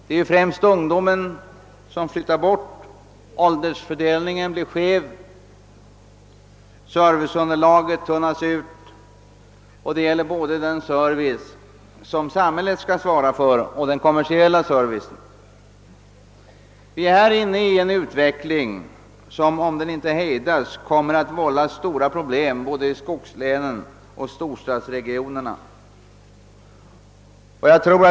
Det är ju främst ungdomar som flyttar bort, varigenom åldersfördelningen blir skev och serviceunderlaget tunnas ut — det gäller både den service som samhället skall svara för och den kommersiella servicen. Denna utveckling kommer, om den inte hejdas, att vålla stora problem både i skogslänen och i storstadsregionerna.